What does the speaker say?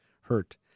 hurt